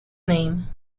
name